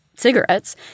cigarettes